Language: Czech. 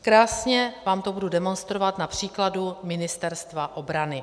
Krásně vám to budu demonstrovat na příkladu Ministerstva obrany.